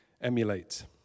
emulate